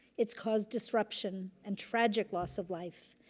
it's caused disruption and tragic loss of life,